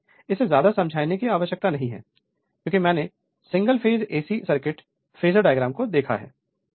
इसलिए इसे ज्यादा समझाने की आवश्यकता नहीं है क्योंकि मैंने single phase AC circuit phasor diagram को देखा है